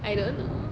I don't know